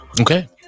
Okay